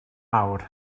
awr